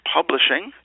Publishing